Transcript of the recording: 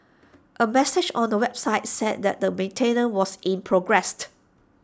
A message on the website said that maintenance was in progressed